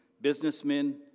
Businessmen